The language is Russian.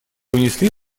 внесли